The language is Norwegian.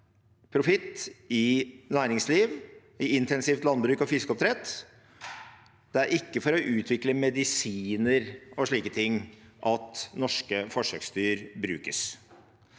profitt i næringsliv, i intensivt landbruk og fiskeoppdrett, og det er ikke for å utvikle medisiner og slike ting at norske forsøksdyr brukes.